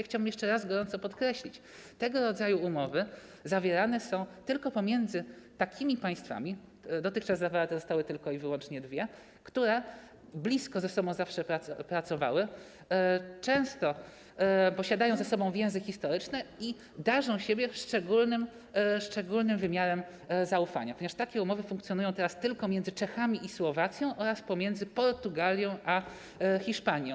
Chciałbym jeszcze raz gorąco podkreślić: Tego rodzaju umowy zawierane są tylko pomiędzy takimi państwami - dotychczas zawarte zostały tylko i wyłącznie dwie - które zawsze blisko ze sobą pracowały, często są połączone ze sobą więzami historycznymi i darzą się szczególnym wymiarem zaufania, ponieważ takie umowy funkcjonują teraz tylko pomiędzy Czechami i Słowacją oraz pomiędzy Portugalią a Hiszpanią.